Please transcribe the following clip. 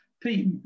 Pete